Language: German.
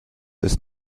ist